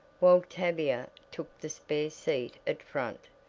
while tavia took the spare seat at front,